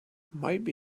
maybe